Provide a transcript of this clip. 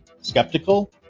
Skeptical